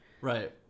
Right